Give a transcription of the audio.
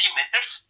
meters